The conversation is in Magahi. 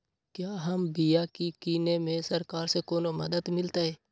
क्या हम बिया की किने में सरकार से कोनो मदद मिलतई?